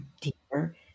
deeper